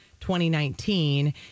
2019